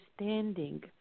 understanding